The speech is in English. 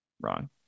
wrong